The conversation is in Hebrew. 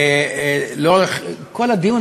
ולאורך כל הדיון,